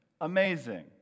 amazing